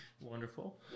Wonderful